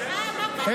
לא.